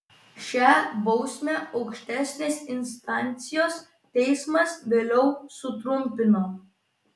šią bausmę aukštesnės instancijos teismas vėliau sutrumpino